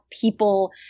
people